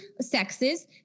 sexes